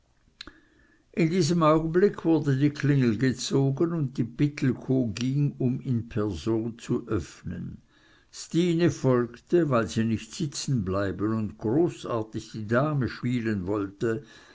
in diesem augenblick wurde die klingel gezogen und die pittelkow ging um in person zu öffnen stine folgte weil sie nicht sitzen bleiben und großartig die dame spielen wollte